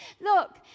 look